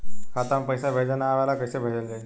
खाता में पईसा भेजे ना आवेला कईसे भेजल जाई?